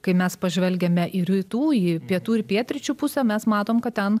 kai mes pažvelgiame į rytų į pietų ir pietryčių pusę mes matom kad ten